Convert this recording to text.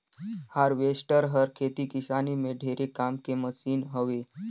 harvester हर खेती किसानी में ढेरे काम के मसीन हवे